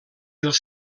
els